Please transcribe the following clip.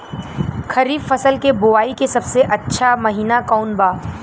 खरीफ फसल के बोआई के सबसे अच्छा महिना कौन बा?